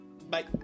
Bye